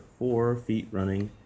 fourfeetrunning